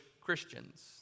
Christians